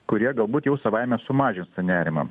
kurie galbūt jau savaime sumažins tą nerimą